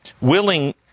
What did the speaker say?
willing